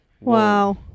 Wow